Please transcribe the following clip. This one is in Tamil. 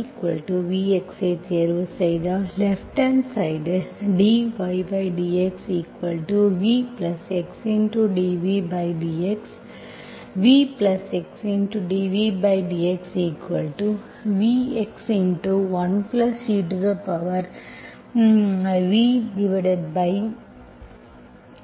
yvx ஐ தேர்வுசெய்தால் left hand side dydxvx dvdx vx dvdxvx